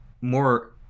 more